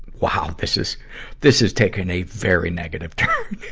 wow, this, this this has taken a very negative turn.